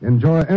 Enjoy